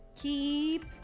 Keep